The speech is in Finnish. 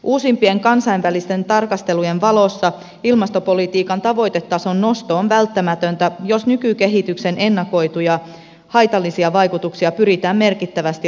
uusimpien kansainvälisten tarkastelujen valossa ilmastopolitiikan tavoitetason nosto on välttämätöntä jos nykykehityksen ennakoituja haitallisia vaikutuksia pyritään merkittävästi rajoittamaan